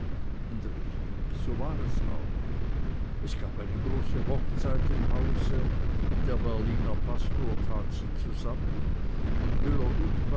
und richtig so war es auch es gab eine große hochzeit im hause der berliner pastor tat sie zusammen und müller